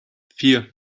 vier